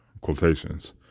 quotations